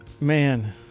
Man